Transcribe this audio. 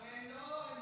לא.